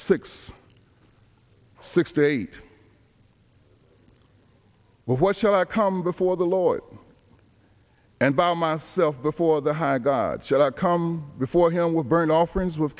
six six days of what shall i come before the lord and by myself before the high god shall come before him with burnt offerings with